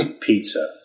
Pizza